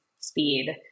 speed